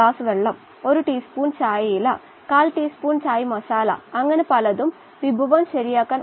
ഗാഢതയെ കുറിച്ച് ഹെൻറിയുടെ നിയമം നൽകുന്ന ഒരു പ്രത്യേക ബന്ധം ഉണ്ട് സന്തുലിതാവസ്ഥ കൈവരിക്കുമ്പോൾ